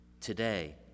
Today